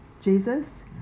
Jesus